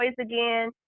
again